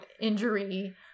injury